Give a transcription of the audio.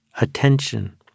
attention